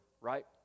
right